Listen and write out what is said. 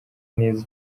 neza